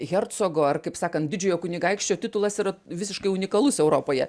hercogo ar kaip sakant didžiojo kunigaikščio titulas yra visiškai unikalus europoje